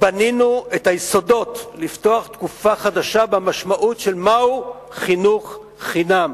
בנינו את היסודות לפתוח תקופה חדשה במשמעות של מהו חינוך חינם,